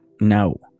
No